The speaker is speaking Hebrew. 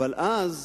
אבל אז,